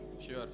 Sure